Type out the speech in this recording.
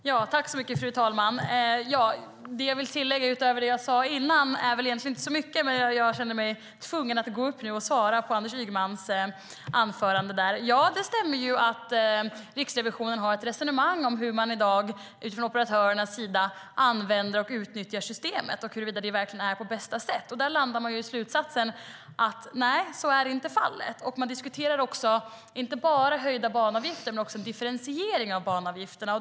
Fru talman! Det är väl inte så mycket att tillägga till det jag sade tidigare, men jag känner mig tvungen att gå upp och bemöta Anders Ygemans anförande. Det stämmer att Riksrevisionen har ett resonemang om hur operatörerna i dag använder och utnyttjar systemet och huruvida det verkligen är på bästa sätt. Där landar man i slutsatsen: Nej, så är inte fallet. Man diskuterar inte bara höjda banavgifter utan även differentiering av banavgifterna.